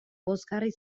pozgarri